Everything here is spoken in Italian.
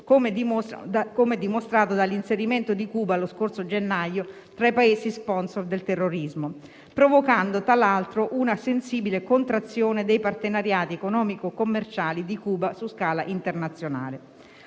com'è dimostrato dall'inserimento di Cuba lo scorso gennaio tra i Paesi *sponsor* del terrorismo, provocando tra l'altro una sensibile contrazione dei partenariati economico-commerciali di Cuba su scala internazionale.